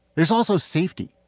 there's also safety.